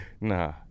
Nah